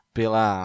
pela